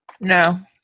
No